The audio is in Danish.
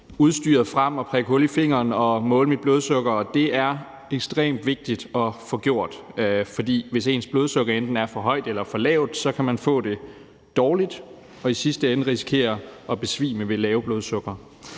udstyret frem og prikke hul i fingeren og måle mit blodsukker. Det er ekstremt vigtigt at få gjort, for hvis ens blodsukker enten er for højt eller for lavt, kan man få det dårligt og i sidste ende risikere at besvime ved lavt blodsukker.